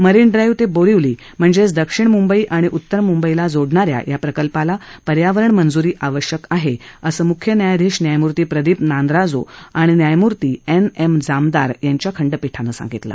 marine Drive ते बोरीवली म्हणजेच दक्षिण म्ंबई आणि उत्तर म्ंबईला जोडणा या या प्रकल्पाला पर्यावरण मंज्री आवश्यक आहे असं म्ख्य न्यायाधीश न्यायमूर्ती प्रदीप नांद्राजो आणि न्यायमूर्ती एन एम जामदार यांच्या खंडपीठानं सांगितलं